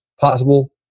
Possible